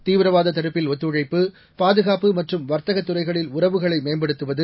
தீவிரவாத தடுப்பில் ஒத்துழைப்பு பாதுகாப்பு மற்றும் வர்த்தக துறைகளில் உறவுகளை மேம்படுத்துவது